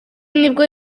nibwo